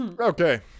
Okay